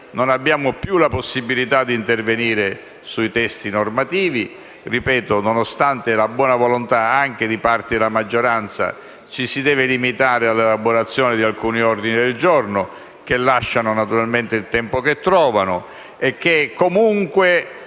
non abbiamo più la possibilità di intervenire sui testi normativi, nonostante la buona volontà anche di parte della maggioranza e ci si deve limitare all'elaborazione di alcuni ordini del giorno, che lasciano il tempo che trovano e che, comunque,